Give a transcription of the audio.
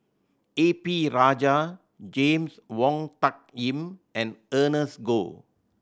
A P Rajah James Wong Tuck Yim and Ernest Goh